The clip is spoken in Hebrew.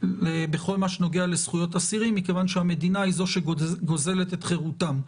בכל מה שנוגע לזכויות אסירים מכיוון שהמדינה היא זו שגוזלת את חירותם.